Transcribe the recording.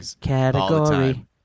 category